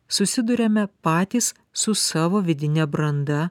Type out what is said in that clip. susiduriame patys su savo vidine branda